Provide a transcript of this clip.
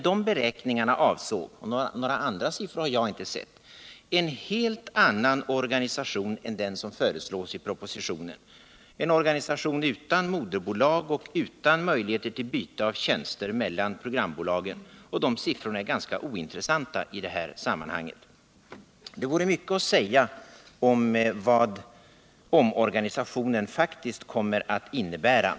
De beräkningarna avsåg — och några andra siffror har jag inte sett — en helt annan organisation än den som föreslås i propositionen: en organisation utan moderbolag och utan möjlighet till byte av tjänster mellan programbolagen. De siffrorna är ganska ointressanta i det här sammanhanget. Det vore nyttigt att tala om vad omorganisationen faktiskt kommer att innebära.